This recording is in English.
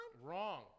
wrong